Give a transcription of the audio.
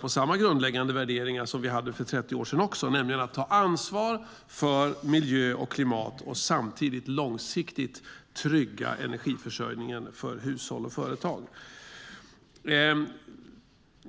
på samma grundläggande värderingar som vi hade för 30 år sedan, nämligen att ta ansvar för miljö och klimat och samtidigt långsiktigt trygga energiförsörjningen för hushåll och företag.